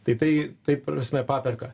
tai tai taip prasme paperka